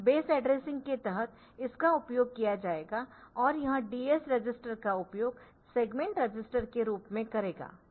base addressing के तहत इसका उपयोग किया जाएगा और यह DS रजिस्टर का उपयोग सेगमेंट रजिस्टर के रूप में करेगा